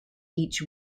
each